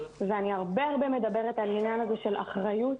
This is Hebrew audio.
ואני הרבה מדברת על העניין הזה של אחריות.